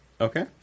Okay